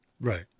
Right